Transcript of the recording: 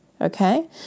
okay